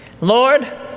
Lord